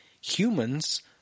humans